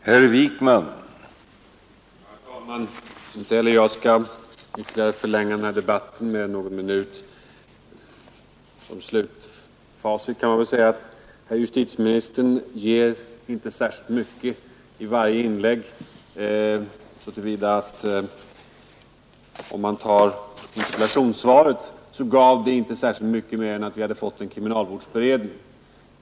Herr talman! Inte heller jag skall ytterligare förlänga den här debatten mer än någon minut. Som slutfacit kan man väl säga att herr justitieministern inte ger särskilt mycket i varje inlägg. Interpellationssvaret gav inte mycket mer än att vi hade fått en kriminalvårdsberedning.